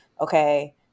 okay